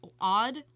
odd